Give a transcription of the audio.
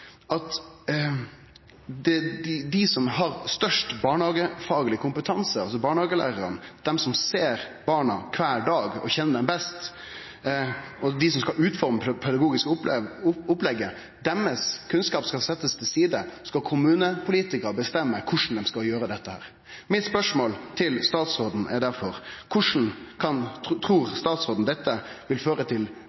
dei som har størst barnehagefagleg kompetanse, barnehagelærarane, dei som ser barna kvar dag og kjenner dei best, dei som skal utforme det pedagogiske opplegget, skal altså setjast til side, og så skal kommunepolitikarane bestemme korleis dei skal gjere dette. Mitt spørsmål til statsråden er derfor: Korleis